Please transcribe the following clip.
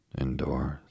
indoors